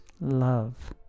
love